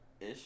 Ish